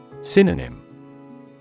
Synonym